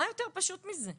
מה יותר פשוט מזה?